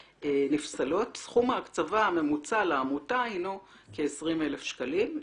סכום ההקצבה הממונע לעמותה הינו כ-20,000 שקלים.